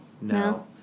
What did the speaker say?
No